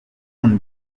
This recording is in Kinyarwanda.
undi